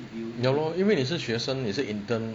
ya lor 你是学生也是 intern